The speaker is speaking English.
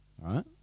right